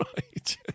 right